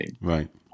Right